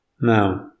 Now